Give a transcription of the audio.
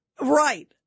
Right